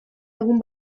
egun